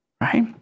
right